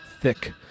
thick